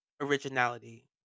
originality